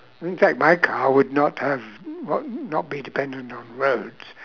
in fact my car would not have would not be dependent on roads